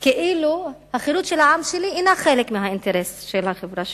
כאילו החירות של העם שלי אינה חלק מהאינטרס של החברה שלי.